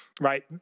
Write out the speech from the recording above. Right